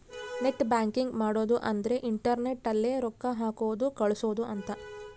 net banking ಮಾಡದ ಅಂದ್ರೆ internet ಅಲ್ಲೆ ರೊಕ್ಕ ಹಾಕೋದು ಕಳ್ಸೋದು ಅಂತ